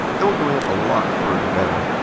it will go in a lot further now.